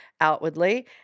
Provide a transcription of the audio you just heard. outwardly